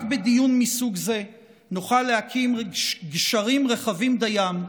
רק בדיון מסוג זה נוכל להקים גשרים רחבים דיים,